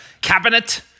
cabinet